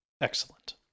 Excellent